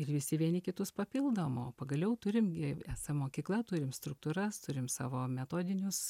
ir visi vieni kitus papildom o pagaliau turim gi esam mokykla turim struktūras turim savo metodinius